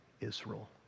Israel